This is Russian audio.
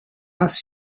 нас